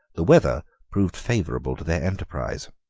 the weather proved favorable to their enterprise.